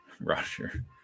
Roger